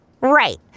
Right